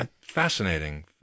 fascinating